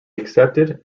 accepted